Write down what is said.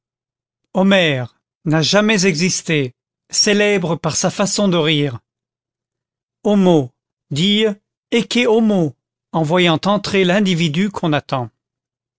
homère n'a jamais existé célèbre par sa façon de rire homo dire ecce homo en voyant entrer l'individu qu'on attend